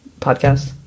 podcast